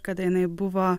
kada jinai buvo